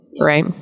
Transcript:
right